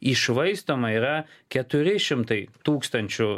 iššvaistoma yra keturi šimtai tūkstančių